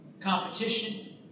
competition